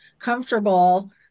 comfortable